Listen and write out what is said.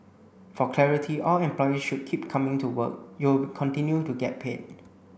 for clarity all employees should keep coming to work you will continue to get paid